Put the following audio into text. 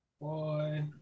Boy